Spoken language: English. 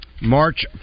March